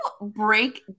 break